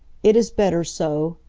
it is better so.